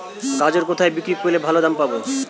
গাজর কোথায় বিক্রি করলে ভালো দাম পাব?